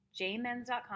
jmens.com